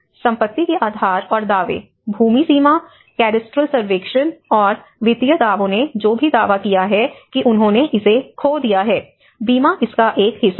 संपत्ति के अधिकार और दावे भूमि सीमा कैडस्ट्रल सर्वेक्षण और वित्तीय दावों ने जो भी दावा किया है कि उन्होंने इसे खो दिया है बीमा इसका एक हिस्सा है